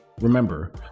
Remember